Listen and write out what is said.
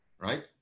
right